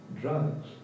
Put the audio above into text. drugs